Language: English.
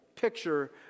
picture